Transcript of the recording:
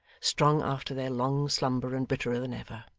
strong after their long slumber and bitterer than ever.